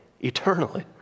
eternally